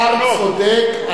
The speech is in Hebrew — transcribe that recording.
השר צודק.